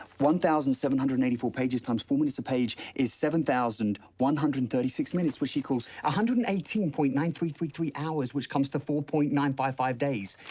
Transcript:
one thousand seven hundred and eighty four pages times four minutes a page is seven thousand one hundred and thirty six minutes, which equals one ah hundred and eighteen point nine three three three hours, which comes to four point nine five days.